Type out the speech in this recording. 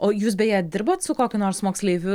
o jūs beje dirbot su kokiu nors moksleiviu